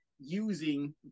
using